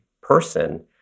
person